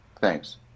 Thanks